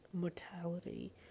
mortality